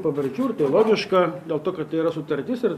pavardžių ir tai logiška dėl to kad tai yra sutartis ir